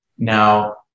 Now